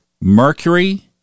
Mercury